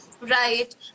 Right